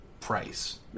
price